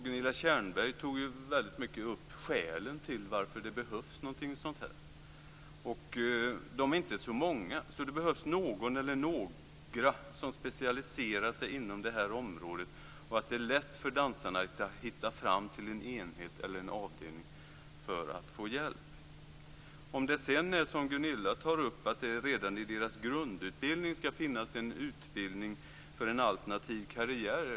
Gunilla Tjernberg uppehöll sig en hel del kring skälen till att det behövs någonting sådant här. Dansarna är inte så många, så det behövs bara någon eller några som specialiserar sig inom det här området. Därigenom är det lätt för dansarna att hitta fram till en enhet eller en avdelning för att få hjälp. Om det sedan, som Gunilla tog upp, redan i deras grundutbildning skall finnas en utbildning för en alternativ karriär är en annan sak.